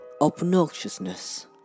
obnoxiousness